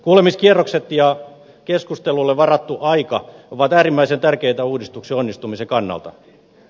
kuulemiskierrokset ja keskustelulle varattu aika ovat äärimmäisen tärkeitä uudistuksen onnistumisen kannalta